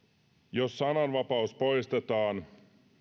jos sananvapaus poistetaan